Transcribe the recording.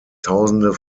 tausende